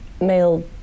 male